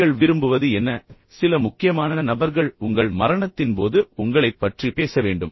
நீங்கள் விரும்புவது என்ன உங்கள் வாழ்க்கையில் சில முக்கியமான நபர்கள் உங்கள் மரணத்தின் போது உங்களைப் பற்றி பேச வேண்டும்